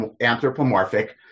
anthropomorphic